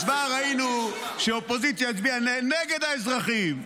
בהצבעה ראינו שהאופוזיציה הצביעה נגד האזרחים,